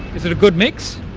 is it a good mix?